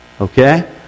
Okay